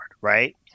right